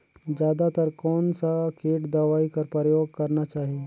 जादा तर कोन स किट दवाई कर प्रयोग करना चाही?